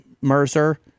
Mercer